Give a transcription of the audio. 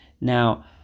now